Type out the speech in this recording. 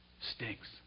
stinks